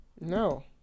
No